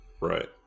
right